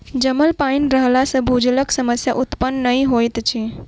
जमल पाइन रहला सॅ भूजलक समस्या उत्पन्न नै होइत अछि